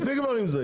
מספיק כבר עם זה,